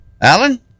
Alan